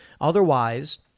Otherwise